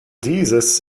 dieses